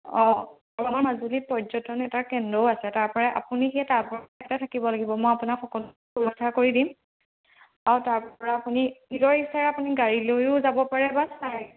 অঁ আমাৰ মাজুলীত পৰ্যটন এটা কেন্দ্ৰও আছে তাৰপৰা আপুনি সেই তাৰ পৰা এটা থাকিব লাগিব মই আপোনাক সকলো সুৰক্ষা কৰি দিম আৰু তাৰপৰা আপুনি নিজৰ ইচ্ছাৰে আপুনি গাড়ীলৈও যাব পাৰে বা চাই